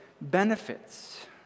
benefits